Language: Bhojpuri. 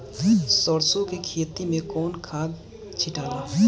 सरसो के खेती मे कौन खाद छिटाला?